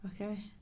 okay